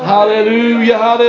Hallelujah